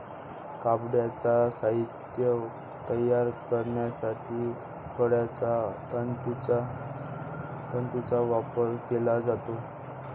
कापडाचे साहित्य तयार करण्यासाठी फळांच्या तंतूंचा वापर केला जातो